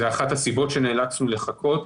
זו אחת הסיבות שנאלצנו לחכות.